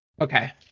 Okay